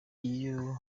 iyo